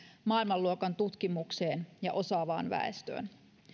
maailmanluokan tutkimukseen ja osaavaan väestöön